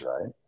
right